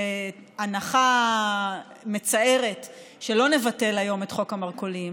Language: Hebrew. בהנחה מצערת שלא נבטל היום את חוק המרכולים